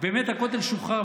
באמת הכותל שוחרר.